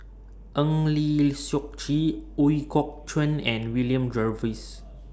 Eng Lee Seok Chee Ooi Kok Chuen and William Jervois